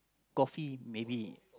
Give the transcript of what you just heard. coffee maybe